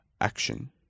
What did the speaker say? Action